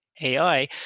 AI